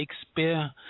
Shakespeare